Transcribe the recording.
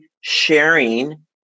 sharing